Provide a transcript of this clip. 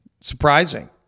Surprising